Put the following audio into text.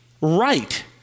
right